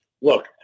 Look